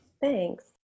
Thanks